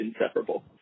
inseparable